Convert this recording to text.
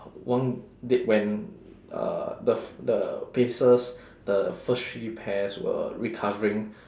when uh the f~ the pacers the first three pairs were recovering